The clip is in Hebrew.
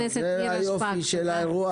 זה היופי של העניין.